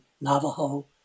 Navajo